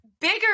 bigger